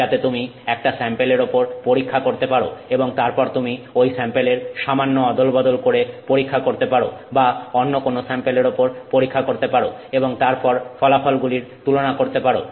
যাতে তুমি একটা স্যাম্পেলের ওপর পরীক্ষা করতে পারো এবং তারপর তুমি ওই স্যাম্পেলের সামান্য অদলবদল করে পরীক্ষা করতে পারো বা অন্য কোন স্যাম্পেলের ওপর পরীক্ষা করতে পারো এবং তারপর ফলাফলগুলির তুলনা করতে পারো